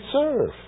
serve